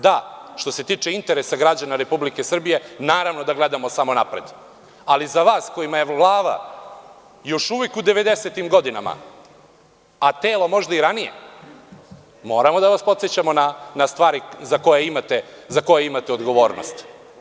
Da, što se tiče interesa građana Republike Srbije, naravno da gledamo samo napred, ali za vas kojima je glava još uvek u devedesetim godinama, a telo možda i ranije, moramo da vas podsetimo na stvari za koje imate odgovornost.